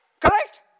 Correct